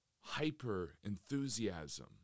hyper-enthusiasm